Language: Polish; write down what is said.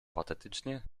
patetycznie